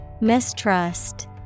Mistrust